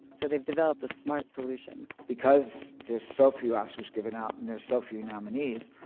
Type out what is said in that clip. so they've developed a smart solution because there's so few oscars given out and there's so few nominees,